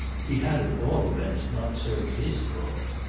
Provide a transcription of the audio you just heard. he had at all events not served his cause,